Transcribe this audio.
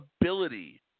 ability